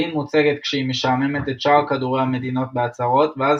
פולין מוצגת כשהיא משעממת את שאר כדורי-המדינות בהצהרות "ואז